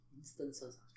Instances